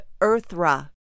Earthra